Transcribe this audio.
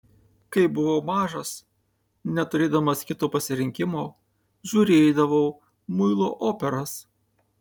kai buvau mažas neturėdamas kito pasirinkimo žiūrėdavau muilo operas